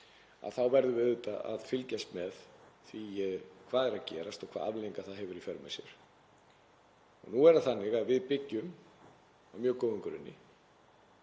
úr, þá verðum við auðvitað að fylgjast með því hvað er að gerast og hvaða afleiðingar það hefur í för með sér. Nú er það þannig að við byggjum á mjög góðum grunni,